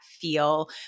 feel